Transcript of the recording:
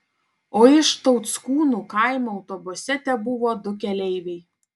o iš tauckūnų kaimo autobuse tebuvo du keleiviai